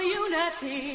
unity